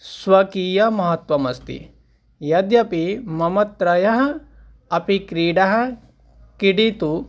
स्वकीयमहत्वम् अस्ति यद्यपि मम त्रयः अपि क्रीडाः क्रीडितुम्